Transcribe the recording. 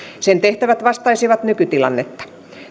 sen tehtävät vastaisivat nykytilannetta